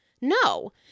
No